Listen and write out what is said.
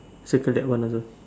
circle that one also